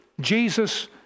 Jesus